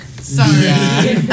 Sorry